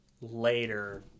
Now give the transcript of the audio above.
later